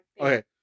Okay